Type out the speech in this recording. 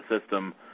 system